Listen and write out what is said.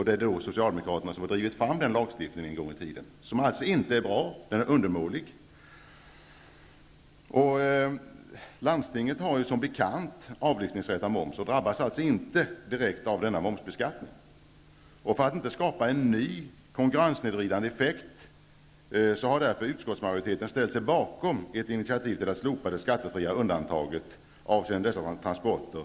Det är Socialdemokraterna som en gång i tiden har drivit fram denna lagstiftning, som inte är bra. Den är undermålig. Som bekant har landstingen avlyftningsrätt när det gäller moms. De drabbas alltså inte direkt av denna momsbeskattning. För att inte skapa en ny konkurrenssnedvridande effekt har därför utskottsmajoriteten ställt sig bakom ett initiativ till att slopa det skattefria undantaget avseende dessa transporter.